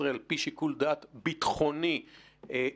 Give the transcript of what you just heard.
ישראל על פי שיקול דעת ביטחוני קונקרטי,